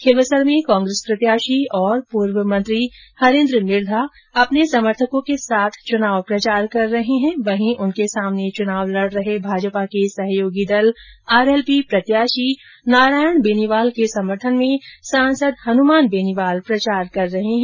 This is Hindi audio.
खींवसर में कांग्रेस प्रत्याशी और पूर्व मंत्री हरेन्द्र मिर्धा अपने समर्थकों के साथ चुनाव प्रचार कर रहे है वहीं उनके सामने चुनाव लड़ रहे भाजपा के सहयोगी दल आरएलपी प्रत्याशी नारायण बेनीवाल के समर्थन मे सांसद हनुमान बेनीवाल प्रचार कर रहे हैं